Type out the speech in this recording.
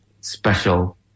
special